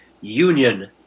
Union